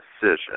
decision